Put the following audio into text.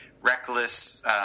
reckless